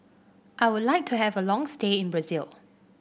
I would like to have a long stay in Brazil